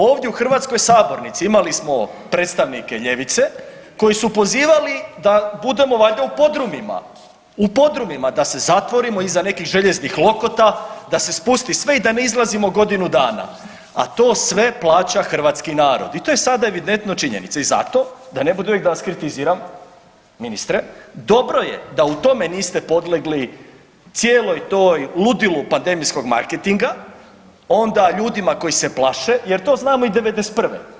Ovdje u hrvatskoj sabornici imali smo predstavnike ljevice koji su pozivali da budemo valjda u podrumima, u podrumima da se zatvorimo iza nekih željeznih lokota, da se spusti sve i da ne izlazimo godinu dana, a to sve plaća hrvatski narod i to je sada evidentno činjenica i zato da ne bude uvijek da vas kritiziram ministre dobro je da u tome niste podlegli cijeloj toj ludilu pandemijskog marketinga onda ljudima koji se plaše jer to znamo i '91.